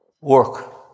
work